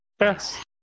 yes